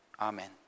Amen